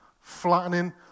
flattening